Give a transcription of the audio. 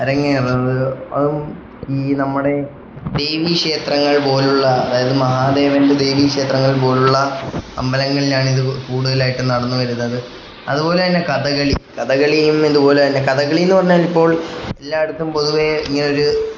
അരങ്ങേറുന്നത് അതും ഈ നമ്മുടെ ദേവീക്ഷേത്രങ്ങൾ പോലെയുള്ള അതായത് മഹാദേവൻ്റെ ദേവീക്ഷേത്രങ്ങൾ പോലെയുള്ള അമ്പലങ്ങളിലാണിത് കൂടുതലായിട്ടും നടന്നു വരുന്നത് അതുപോലെതന്നെ കഥകളി കഥകളിയും ഇതുപോലെതന്നെ കഥകളിയെന്നു പറഞ്ഞാൽ ഇപ്പോൾ എല്ലായിടത്തും പൊതുവെ ഇങ്ങനെയൊരു